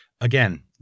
again